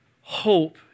hope